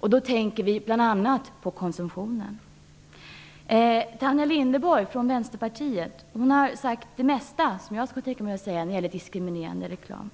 Då tänker vi bl.a. på konsumtionen. Tanja Linderborg, från Vänsterpartiet, har sagt det mesta som jag skulle vilja säga när det gäller diskriminerande reklam.